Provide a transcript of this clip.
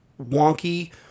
wonky